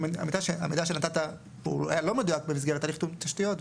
המידע שנתת הוא לא מדויק במסגרת ההליך של תיאום תשתיות,